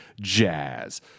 jazz